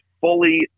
fully